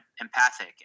empathic